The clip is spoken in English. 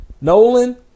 Nolan